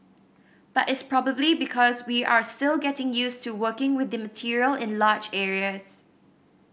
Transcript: but it's probably because we are still getting used to working with the material in large areas